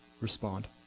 respond